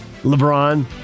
LeBron